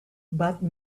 but